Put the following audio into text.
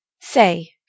Say